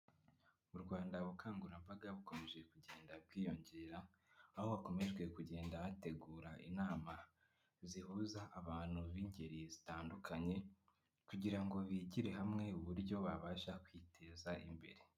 Mu Rwanda ubukangurambaga bukomeje kugenda bwiyongera, aho hakomejwe kugenda hategura inama zihuza abantu b'ingeri zitandukanye kugira ngo bigire hamwe uburyo babasha kwiteza imbere.